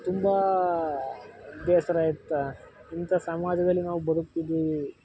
ತುಂಬ ಬೇಸರಯುಕ್ತ ಇಂಥ ಸಮಾಜದಲ್ಲಿ ನಾವು ಬದುಕ್ತಿದ್ದೀವಿ